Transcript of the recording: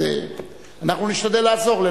אז אנחנו נשתדל לעזור,